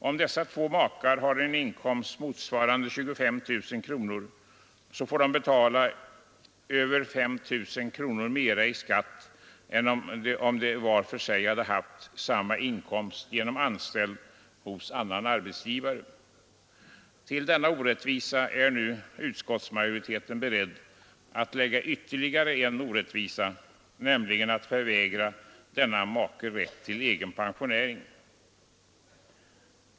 Om dessa två makar har en inkomst motsvarande 25 000 kronor vardera, får de betala över 5 000 mer i skatt än en familj där makarna var för sig har samma inkomst genom anställning hos annan arbetsgivare. Till denna orättvisa är nu utskottsmajoriteten beredd att lägga ytterligare en, nämligen att förvägra denna make rätt till egen pensionering.